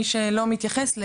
מי שמתייחס,